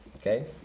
okay